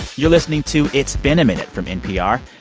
you're listening to it's been a minute from npr.